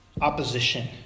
opposition